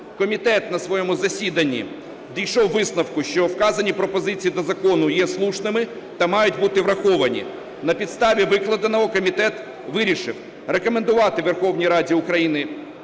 Комітет на своєму засіданні дійшов висновку, що вказані пропозиції до закону є слушними та мають бути враховані. На підставі викладеного комітет вирішив рекомендувати Верховній Раді Україні